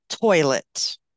Toilet